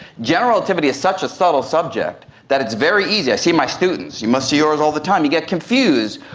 general relativity is such a subtle subject that it's very easy, i say to my students, you must to yours all the time, you get confused,